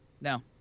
Now